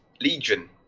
Legion